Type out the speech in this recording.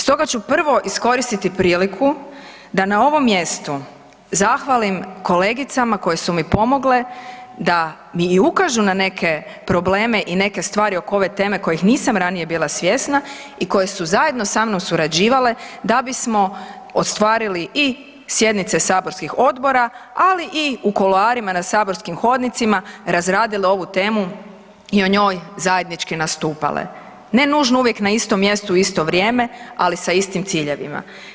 Stoga ću prvo iskoristiti priliku da na ovom mjestu zahvalim kolegicama koje su mi pomogle da mi i ukažu na neke probleme i neke stvari oko ove teme kojih nisam ranije bila svjesna i koje su zajedno sa mnom surađivale da bismo ostvarili i sjednice saborskih odbora, ali i u kuloarima na saborskim hodnicima razradile ovu temu i o njoj zajednički nastupale ne nužno uvijek na istom mjestu u isto vrijeme, ali sa istim ciljevima.